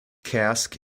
cask